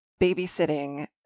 babysitting